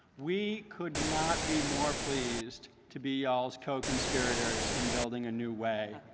we could not be more pleased to be y'all's co-conspirators in building a new way!